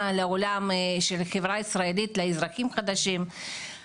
לעולם של החברה הישראלית עבור האזרחים החדשים.